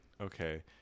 Okay